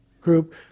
group